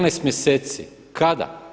14 mjeseci, kada?